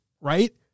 Right